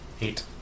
Eight